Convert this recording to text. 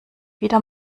wieder